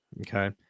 Okay